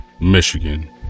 Michigan